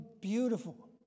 beautiful